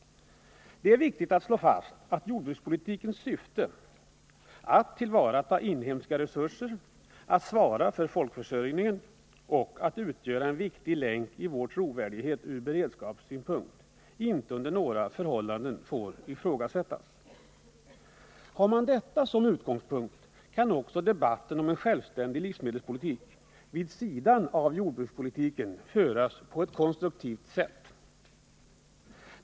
Det är viktigt att slå fast att jordbrukspolitikens syfte att tillvarata inhemska resurser, att svara för folkförsörjningen och att utgöra en viktig länk i vår trovärdighet ur beredskapssynpunkt inte under några förhållanden får ifrågasättas. Har man detta som utgångspunkt kan också debatten om en självständig livsmedelspolitik vid sidan av jordbrukspolitiken föras på ett konstruktivt sätt.